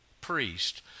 priest